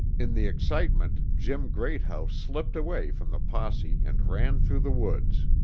in the excitement, jim greathouse slipped away from the posse and ran through the woods.